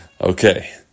Okay